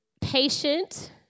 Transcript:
Patient